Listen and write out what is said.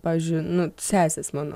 pavyzdžiui nu sesės mano